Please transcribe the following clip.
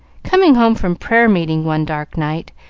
coming home from prayer-meeting one dark night,